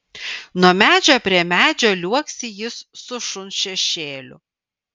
nuo medžio prie medžio liuoksi jis su šuns šešėliu